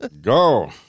Go